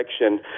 election